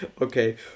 Okay